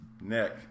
Nick